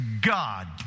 God